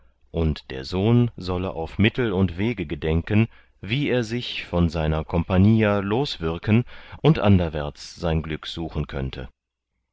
und der sohn sollte auf mittel und wege gedenken wie er sich von seiner compagnia loswürken und anderwärts sein glück suchen könnte